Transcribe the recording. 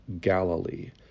Galilee